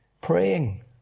praying